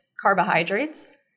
carbohydrates